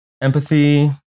empathy